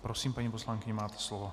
Prosím, paní poslankyně, máte slovo.